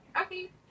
Okay